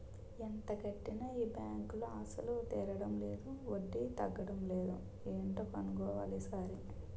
ఎంత కట్టినా ఈ బాంకులో అసలు తీరడం లేదు వడ్డీ తగ్గడం లేదు ఏటో కన్నుక్కోవాలి ఈ సారి